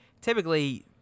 typically